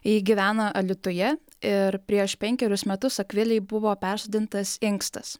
ji gyvena alytuje ir prieš penkerius metus akvilei buvo persodintas inkstas